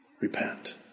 Repent